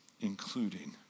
including